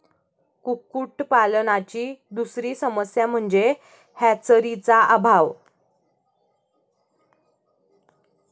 कुक्कुटपालनाची दुसरी समस्या म्हणजे हॅचरीचा अभाव